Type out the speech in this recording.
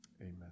Amen